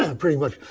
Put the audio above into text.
ah pretty much.